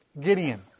Gideon